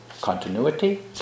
continuity